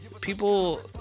people